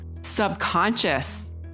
subconscious